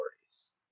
stories